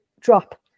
drop